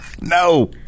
No